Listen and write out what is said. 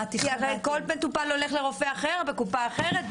הרי כל מטופל הולך לרופא אחר בקופה אחרת,